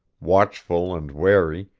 watchful and wary,